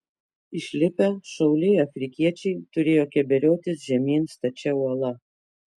išlipę šauliai afrikiečiai turėjo keberiotis žemyn stačia uola